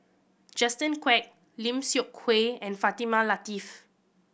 Justin Quek Lim Seok Hui and Fatimah Lateef